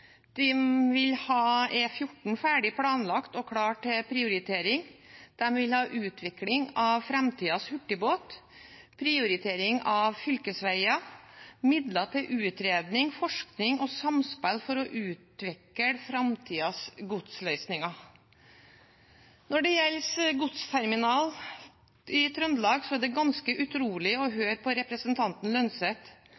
De vil ha E14 ferdig planlagt og klar til prioritering utvikling av framtidens hurtigbåt prioritering av fylkesveier midler til utredning, forskning og samspill for å utvikle framtidens godsløsninger Når det gjelder godsterminal i Trøndelag, er det ganske utrolig å